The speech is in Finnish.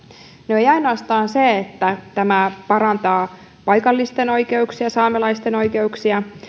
ei ainoastaan se että tämä parantaa paikallisten oikeuksia saamelaisten oikeuksia heidän